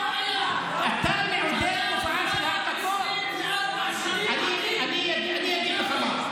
אתה מעודד את התופעה?) אתה מעודד תופעה של העתקות.